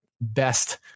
best